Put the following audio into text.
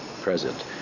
present